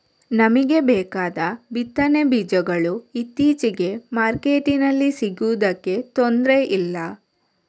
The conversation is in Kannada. ನಮಿಗೆ ಬೇಕಾದ ಬಿತ್ತನೆ ಬೀಜಗಳು ಇತ್ತೀಚೆಗೆ ಮಾರ್ಕೆಟಿನಲ್ಲಿ ಸಿಗುದಕ್ಕೆ ತೊಂದ್ರೆ ಇಲ್ಲ